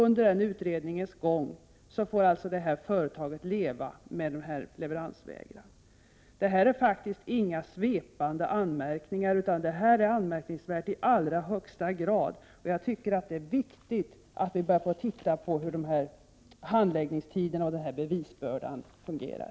Under utredningens gång får således detta företag leva med leveransvägran. Detta är faktiskt inga svepande anmärkningar, utan det är i allra högsta grad anmärkningsvärt. Jag tycker att det är viktigt att vi börjar undersöka hur långa handläggningstiderna är och hur bevisbördan fungerar.